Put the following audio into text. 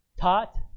taught